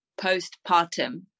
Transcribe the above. postpartum